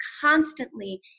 constantly